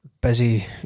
busy